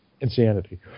insanity